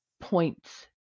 points